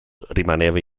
rimaneva